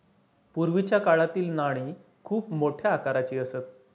पूर्वीच्या काळातील नाणी खूप मोठ्या आकाराची असत